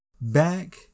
back